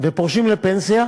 ופורשים לפנסיה